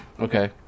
Okay